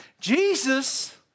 Jesus